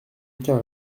aucun